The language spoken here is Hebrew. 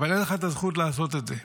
אבל אין לך את הזכות לעשות את זה.